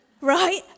Right